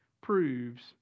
proves